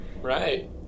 Right